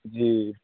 जी